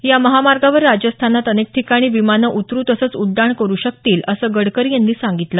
या महामार्गावर राजस्थानात अनेक ठिकाणी विमानं उतरू तसंच उड्डाण करू शकतील असं गडकरी यांनी सांगितलं